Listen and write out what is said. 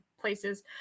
places